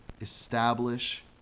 establish